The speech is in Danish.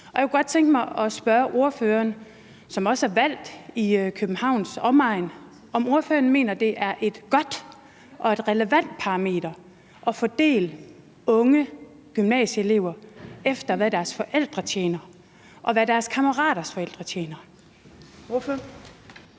Jeg kunne godt tænke mig at spørge ordføreren, som også er valgt i Københavns Omegns Storkreds, om ordføreren mener, at det er et godt og et relevant parameter at fordele unge gymnasieelever efter, hvad deres forældre tjener, og efter, hvad deres kammeraters forældre tjener.